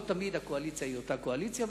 לא תמיד הקואליציה היא אותה קואליציה,